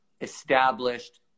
established